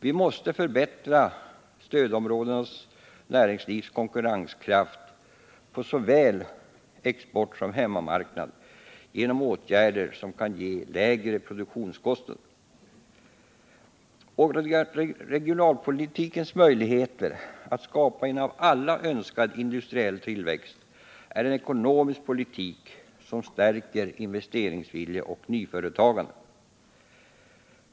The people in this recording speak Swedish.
Vi måste förbättra stödområdenas näringslivs konkurrenskraft på såväl exportmarknaden som hemmamarknaden genom åtgärder som kan ge lägre produktionskostnader. Regionalpolitikens möjligheter att skapa en av alla önskad industriell tillväxt är beroende av en ekonomisk politik som stärker investeringsvilja och nyföretagande.